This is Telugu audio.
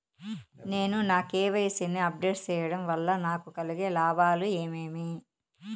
నేను నా కె.వై.సి ని అప్ డేట్ సేయడం వల్ల నాకు కలిగే లాభాలు ఏమేమీ?